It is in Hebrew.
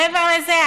מעבר לזה,